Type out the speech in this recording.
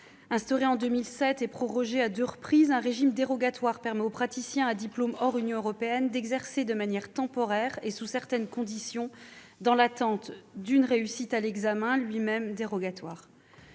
Instauré en 2007 et prorogé à deux reprises, un régime dérogatoire permet aux praticiens à diplôme hors Union européenne d'exercer de manière temporaire, et sous certaines conditions, dans l'attente d'une réussite à l'examen ... lui-même dérogatoire.